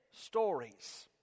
stories